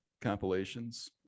compilations